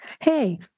hey